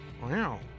Wow